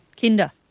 Kinder